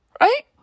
right